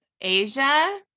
Asia